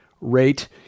rate